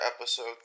episode